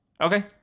Okay